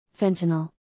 fentanyl